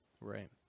right